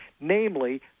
namely